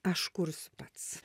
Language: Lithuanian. aš kursiu pats